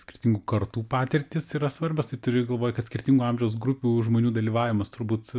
skirtingų kartų patirtys yra svarbios tai turi galvoj kad skirtingo amžiaus grupių žmonių dalyvavimas turbūt